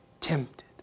tempted